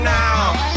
now